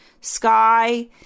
sky